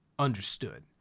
Understood